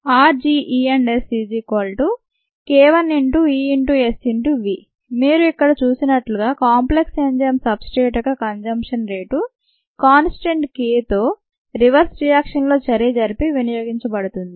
rgESk1ESV మీరు ఇక్కడ చూసినట్లుగా కాంప్లెక్స్ ఎంజైమ్ సబ్ స్ట్రేట్ యొక్క కన్సమ్షన్ రేటు కాన్స్టంట్ k 2తో రివర్స్ రియాక్షన్లో చర్య జరిపి వినియోగించబడుతుంది